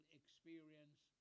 experience